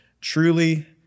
Truly